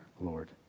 Lord